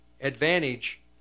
advantage